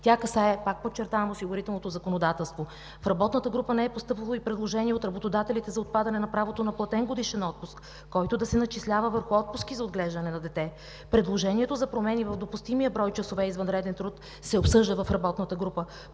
Тя касае, пак подчертавам, осигурителното законодателство. В работната група не е постъпвало и предложение от работодателите за отпадане на правото на платен годишен отпуск, който да се начислява върху отпуски за отглеждане на дете. Предложението за промени в допустимия брой часове извънреден труд се обсъжда в работната група.